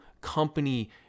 company